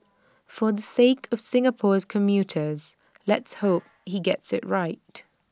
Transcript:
for the sake of Singapore's commuters let's hope he gets IT right